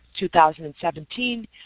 2017